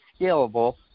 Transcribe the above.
scalable